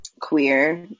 queer